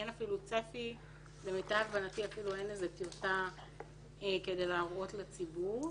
אין אפילו צפי ולמיטב הבנתי אין אפילו טיוטה כדי להראות לציבור.